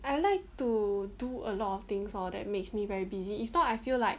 I like to do a lot of things lor that makes me very busy if not I feel like